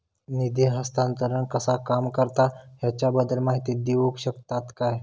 निधी हस्तांतरण कसा काम करता ह्याच्या बद्दल माहिती दिउक शकतात काय?